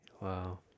wow